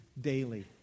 daily